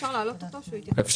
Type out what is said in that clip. אפשר להעלות אותו רגע?